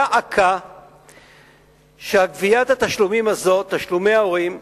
דא עקא שגביית התשלומים הזאת, תשלומי ההורים,